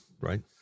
right